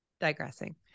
Digressing